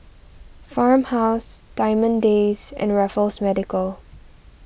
Farmhouse Diamond Days and Raffles Medical